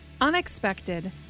Unexpected